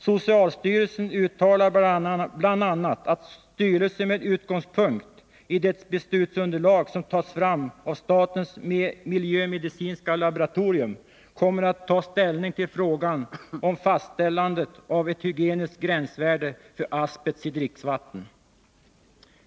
Socialstyrelsen uttalar bl.a. att styrelsen med utgångspunkt i det beslutsunderlag som tas fram av statens miljömedicinska laboratorium kommer att ta ställning till frågan om fastställande av ett hygieniskt gränsvärde för asbest i dricksvatten.